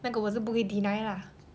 那个我是不会 deny lah